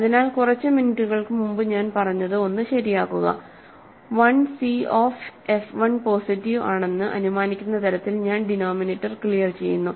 അതിനാൽ കുറച്ച് മിനിറ്റുകൾക്ക് മുമ്പ് ഞാൻ പറഞ്ഞത് ഒന്ന് ശരിയാക്കുക1 സി ഓഫ് എഫ് 1 പോസിറ്റീവ് ആണെന്ന് അനുമാനിക്കുന്ന തരത്തിൽ ഞാൻ ഡിനോമിനേറ്റർ ക്ലിയർ ചെയ്യുന്നു